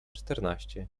czternaście